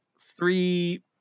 three